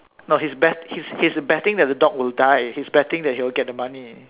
no he is bet he is betting that the dog will die he is betting that he will get the money